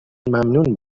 ممنون